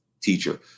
teacher